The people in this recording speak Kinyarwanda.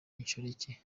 inshoreke